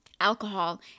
alcohol